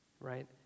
right